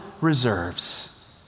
reserves